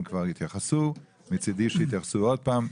הם כבר התייחסו ומצדי שיתייחסו עוד פעם.